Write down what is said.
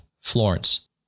Florence